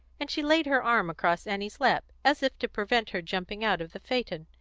and she laid her arm across annie's lap, as if to prevent her jumping out of the phaeton.